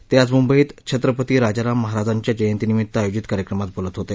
ते आज मुंबईत छत्रपती राजाराम महाराजांच्या जयतीनिमीत्त आयोजित कार्यक्रमात बोलत होते